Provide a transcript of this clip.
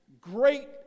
great